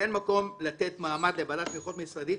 אין מקום לתת מעמד לוועדת תמיכות בין-משרדית,